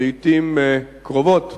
לעתים קרובות